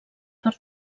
per